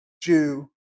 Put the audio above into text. Jew